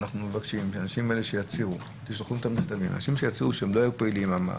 אנחנו מבקשים שהאנשים שיצהירו שהם לא היו פעילים,